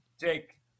Jake